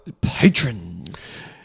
Patrons